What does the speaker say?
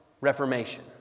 Reformation